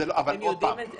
הם בדרך כלל יודעים את זה.